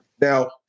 Now